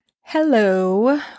Hello